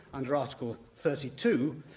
under article thirty two,